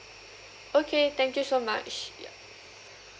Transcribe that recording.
okay thank you so much